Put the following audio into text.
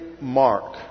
mark